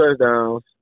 touchdowns